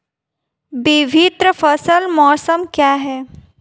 विभिन्न फसल मौसम क्या हैं?